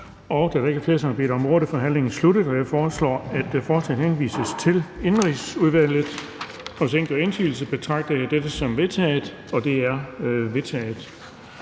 der har bedt om ordet, og derfor er forhandlingen sluttet. Jeg foreslår, at forslaget henvises til Udenrigsudvalget. Hvis ingen gør indsigelse, betragter jeg dette som vedtaget. Det er vedtaget.